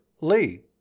Lee